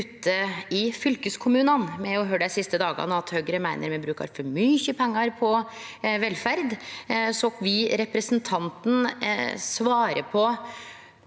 i fylkeskommunane. Me har høyrt dei siste dagane at Høgre meiner me brukar for mykje pengar på velferd, så vil representanten svare på